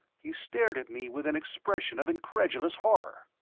he stared at me with an expression of incredulous horror.